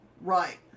Right